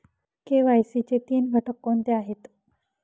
KYC चे तीन घटक कोणते आहेत?